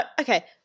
okay